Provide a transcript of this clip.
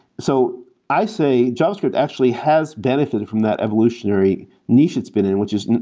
so i say javascript actually has benefitted from that evolutionary niche it's been in, which is,